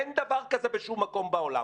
אין דבר כזה בשום מקום בעולם.